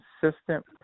consistent